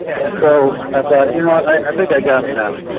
and so i thought, you know what? i think i got them now.